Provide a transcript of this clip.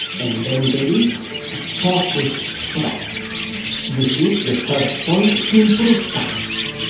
and then there is focused practice this is the third. point to improve fast.